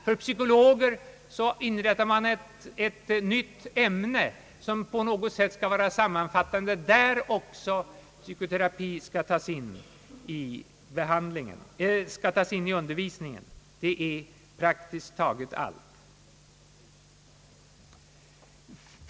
För psykologer inrättar man ett nytt ämne som på något sätt skall vara sammanfattande och där även psykoterapi skall tas in i undervisningen. Det är praktiskt taget allt.